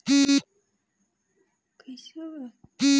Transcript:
फसल बीमा के करवाय ले किसान ल एखर बरोबर फायदा मिलथ हावय